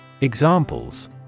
Examples